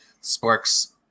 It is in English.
Sparks